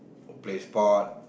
or play sport